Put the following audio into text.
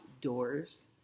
doors